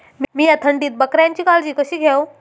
मीया थंडीत बकऱ्यांची काळजी कशी घेव?